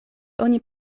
oni